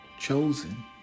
chosen